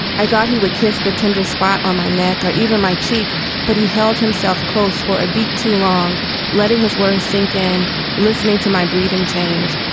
i thought he would kiss the tender spot on my neck or even my cheek but he held himself close for a beat too long letting his words sink in listening to my breathing change.